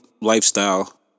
lifestyle